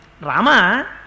Rama